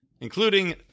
including